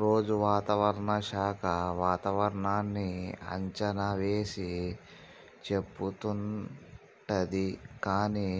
రోజు వాతావరణ శాఖ వాతావరణన్నీ అంచనా వేసి చెపుతుంటది కానీ